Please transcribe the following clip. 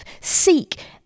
Seek